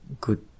good